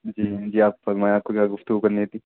جی نہیں جی آپ فرمائیں آپ کو کیا گفتگو کرنی تھی